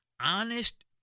honest